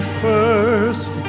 first